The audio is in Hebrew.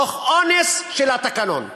תוך אונס של התקנון.